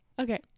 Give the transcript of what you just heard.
Okay